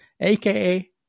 aka